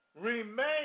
remain